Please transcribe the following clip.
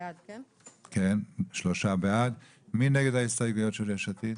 3. מי נגד ההסתייגויות של יש עתיד?